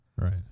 Right